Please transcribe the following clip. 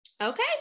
okay